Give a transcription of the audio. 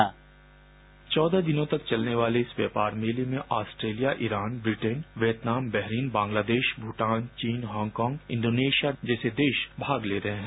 sound bite चौदह दिनों तक चलने वाले इस व्यापार मेले में Australia Iran Britain Vietnam Bahrain Bangladesh Bhutan चीन हांगकांग इंडोनेशिया जैसे देश भाग ले रहे है